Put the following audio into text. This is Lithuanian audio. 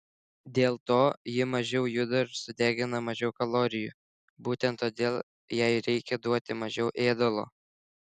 dėl to ji mažiau juda ir sudegina mažiau kalorijų būtent todėl jai reikia duoti mažiau ėdalo